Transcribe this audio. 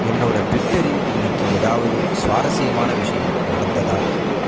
என்னோட ட்விட்டரில் இன்னிக்கு ஏதாவது சுவாரஸ்யமான விஷயம் நடந்ததா